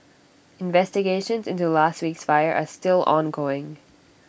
investigations into last week's fire are still ongoing